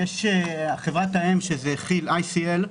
חברת האם היא כי"ל ICL,